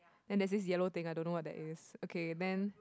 then there's yellow thing I don't know what that is okay then